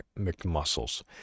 McMuscles